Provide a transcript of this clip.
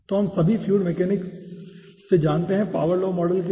तो हम सभी फ्लूइड मैकेनिक्स से जानते हैं कि पावर लॉ मॉडल के लिए